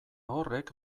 horrek